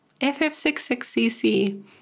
FF66CC